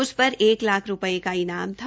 उस पर एक लाख रूपये का ईनाम था